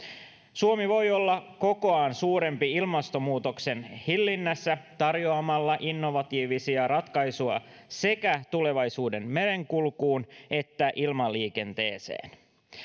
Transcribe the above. suomi voi olla kokoaan suurempi ilmastonmuutoksen hillinnässä tarjoamalla innovatiivisia ratkaisuja sekä tulevaisuuden merenkulkuun että ilmaliikenteeseen